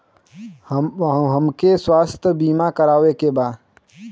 हमके स्वास्थ्य बीमा करावे के बा?